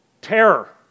terror